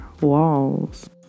walls